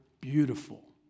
beautiful